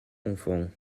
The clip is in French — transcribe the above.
enfants